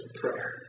prayer